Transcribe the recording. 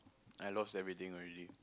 I lost everything already